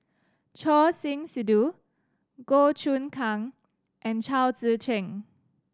Choor Singh Sidhu Goh Choon Kang and Chao Tzee Cheng